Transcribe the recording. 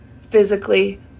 physically